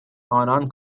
انان